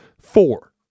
four